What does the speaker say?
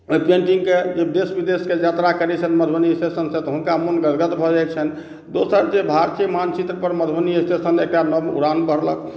ओहि पेन्टिंग केँ जे देश विदेशके यात्रा कएने छथि मधुबनीके सांसद हुनका मन गदगद भऽ जाइत छनि दोसर जे भारतीय मानचित्र पर मे मधुबनी स्टेशन एकटा नव उड़ान भरलक